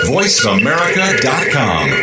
VoiceAmerica.com